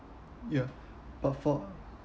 ya but for